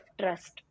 trust